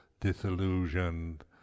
disillusioned